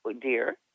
dear